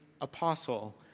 apostle